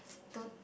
don't